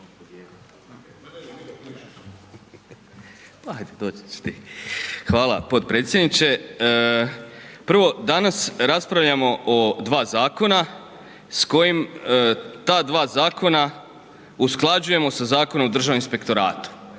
Hvala potpredsjedniče. Prvo, danas raspravljamo o dva zakona s kojim ta dva zakona usklađujemo sa Zakonom o državnom inspektoratu